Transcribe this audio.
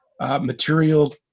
material